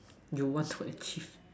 you want to achieve